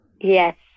Yes